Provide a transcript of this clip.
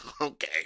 Okay